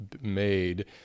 made